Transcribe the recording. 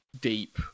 deep